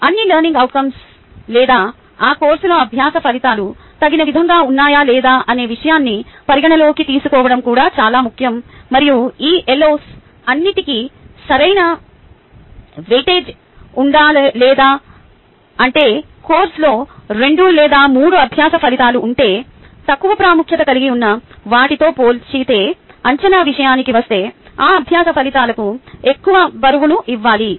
అన్ని LOs లేదా ఆ కోర్సులోని అభ్యాస ఫలితాలు తగిన విధంగా ఉన్నాయా లేదా అనే విషయాన్ని పరిగణనలోకి తీసుకోవడం కూడా చాలా ముఖ్యం మరియు ఈ LOs అన్నిటికి సరైన వెయిటేజ్ ఉందా లేదా అంటే కోర్సులో రెండు లేదా మూడు అభ్యాస ఫలితాలు ఉంటే తక్కువ ప్రాముఖ్యత కలిగి ఉన్న వాటితో పోల్చితే అంచనా విషయానికి వస్తే ఆ అభ్యాస ఫలితాలకు ఎక్కువ బరువును ఇవ్వాలి